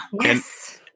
Yes